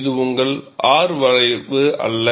இது உங்கள் R வளைவு அல்ல